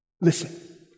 Listen